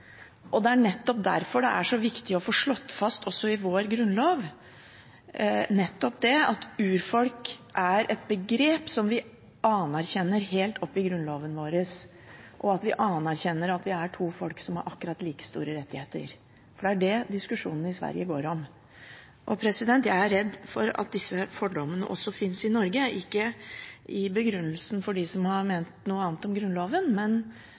og det er nettopp derfor det er så viktig å få slått fast også i vår grunnlov at urfolk er et begrep som vi anerkjenner helt opp i Grunnloven, og at vi anerkjenner at vi er to folk som har akkurat like store rettigheter. Det er det diskusjonen i Sverige handler om. Jeg er redd for at disse fordommene også finnes i Norge, ikke som begrunnelse fra dem som har ment noe annet om Grunnloven,